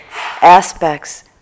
aspects